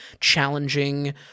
challenging